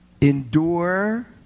endure